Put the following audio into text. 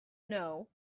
know